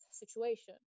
situation